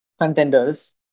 contenders